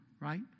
right